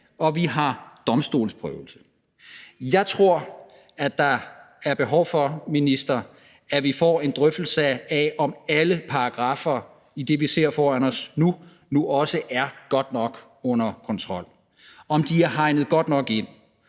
og vi har domstolsprøvelse. Jeg tror, der behov for, minister, at vi får en drøftelse af, om alle paragraffer i det, vi ser foran os nu, nu også er godt nok under kontrol, om de er hegnet godt nok ind.